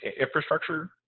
infrastructure